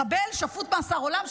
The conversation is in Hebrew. מחבל ששפוט למאסר עולם,